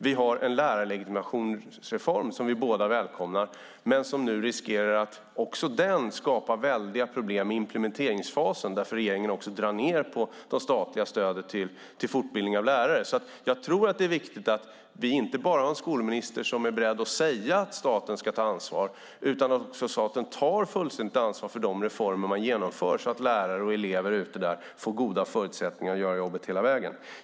Vi har en lärarlegitimationsreform som vi båda välkomnar men som nu också den riskerar att skapa väldiga problem i implementeringsfasen. Därför har regeringen dragit ned på det statliga stödet till fortbildning av lärare. Det är viktigt att vi har en skolminister som inte bara är beredd att säga att staten ska ta ansvar utan också tar fullständigt ansvar för de reformer man genomför, så att lärare och elever får goda förutsättningar att göra jobbet hela vägen.